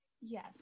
Yes